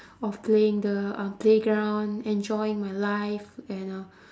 of playing the um playground enjoying my life and uh